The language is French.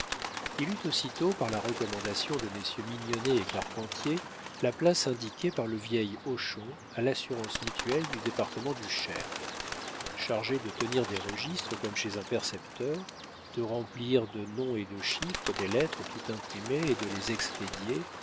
il eut aussitôt par la recommandation de messieurs mignonnet et carpentier la place indiquée par le vieil hochon à l'assurance mutuelle du département du cher chargé de tenir des registres comme chez un percepteur de remplir de noms et de chiffres des lettres tout imprimées et de les expédier